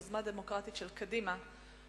היוזמה הדמוקרטית של קדימה,